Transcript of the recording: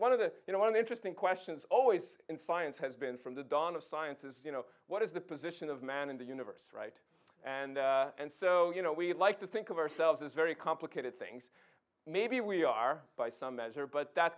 one of the you know one interesting questions always in finance has been from the dawn of sciences you know what is the position of man in the universe right and and so you know we like to think of ourselves as very complicated things maybe we are by some measure but that